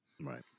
Right